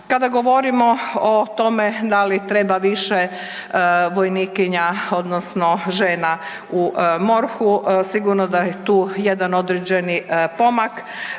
Kada govorimo o tome da li treba više vojnikinja odnosno žena u MORH-u, sigurno da je tu jedan određeni pomak